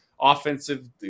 offensive